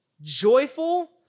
joyful